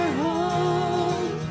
home